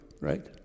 Right